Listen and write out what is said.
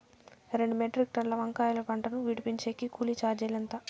రెండు మెట్రిక్ టన్నుల వంకాయల పంట ను విడిపించేకి కూలీ చార్జీలు ఎంత?